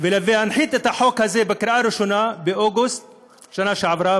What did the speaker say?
ולהנחית את החוק הזה בקריאה ראשונה באוגוסט שנה שעברה,